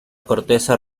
corteza